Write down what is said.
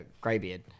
Greybeard